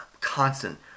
constant